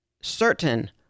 certain